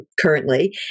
currently